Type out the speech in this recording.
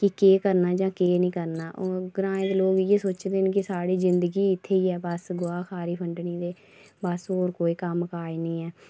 कि केह् करना जां केह् नी करना और ग्राएं दे लोक इ'यै सोचदे न कि साढ़ी जिंदगी इत्थै ई ऐ बस्स गोआ फार ई फंडने गी ते बस्स और कोई कम्मकाज नी ऐ